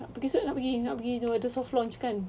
esok nak pergi nak pergi tengok the soft launch kan